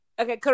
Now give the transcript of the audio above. Okay